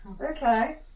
Okay